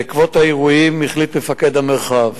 בעקבות האירועים החליט מפקד המרחב